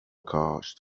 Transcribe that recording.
کاشت